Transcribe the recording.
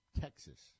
Texas